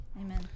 amen